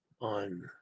on